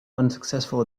unsuccessful